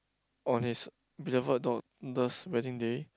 on his beloved daughter's wedding day